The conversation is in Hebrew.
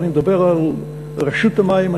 אני מדבר על רשות המים,